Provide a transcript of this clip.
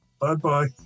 Bye-bye